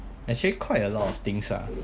actually quite a lot of things ah